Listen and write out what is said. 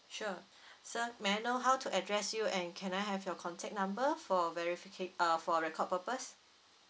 sure sir may I know how to address you and can I have your contact number for verifica~ uh for record purpose